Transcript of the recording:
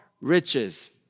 riches